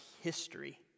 history